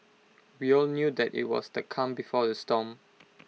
we all knew that IT was the calm before the storm